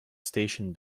station